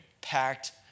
packed